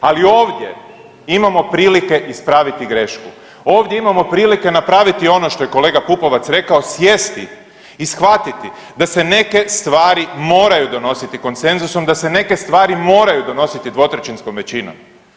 Ali ovdje imamo prilike ispraviti grešku, ovdje imamo prilike napraviti ono što je kolega Pupovac rekao, sjesti i shvatiti da se neke stvari moraju donositi konsenzusom, da se neke stvari moraju donositi dvotrećinskom većinom.